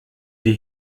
die